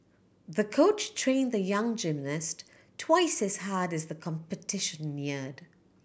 the coach trained the young gymnast twice as hard as the competition neared